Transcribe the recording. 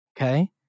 Okay